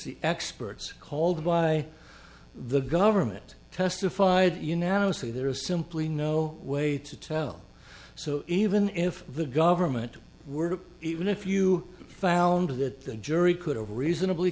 the experts called by the government testified unanimously there is simply no way to tell so even if the government were even if you found that the jury could have reasonably